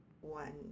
one